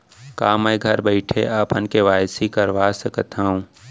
का मैं घर बइठे अपन के.वाई.सी करवा सकत हव?